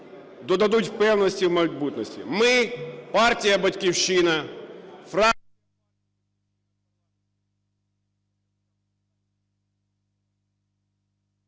додадуть впевненості в майбутньому. Ми, партія "Батьківщина", фракція…